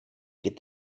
get